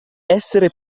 essere